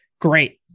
great